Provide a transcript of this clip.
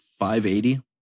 580